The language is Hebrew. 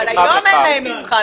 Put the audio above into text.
אבל היום אין להם מבחן.